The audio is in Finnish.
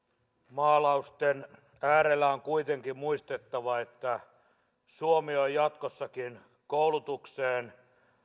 maalausten äärellä on kuitenkin muistettava että suomi on jatkossakin koulutukseen